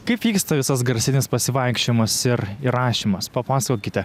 kaip vyksta visas garsinis pasivaikščiojimas ir įrašymas papasakokite